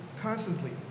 constantly